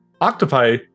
octopi